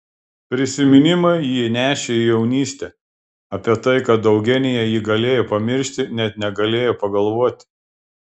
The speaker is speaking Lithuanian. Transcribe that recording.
prisiminimai jį nešė į jaunystę apie tai kad eugenija jį galėjo pamiršti net negalėjo pagalvoti